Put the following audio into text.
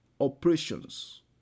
operations